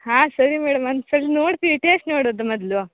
ಹಾಂ ಸರಿ ಮೇಡಮ್ ಒಂದುಸರಿ ನೋಡ್ತೀವಿ ಟೇಸ್ಟ್ ನೋಡೋದು ಮೊದಲು